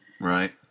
Right